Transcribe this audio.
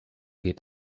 geht